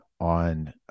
on